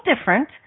different